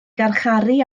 garcharu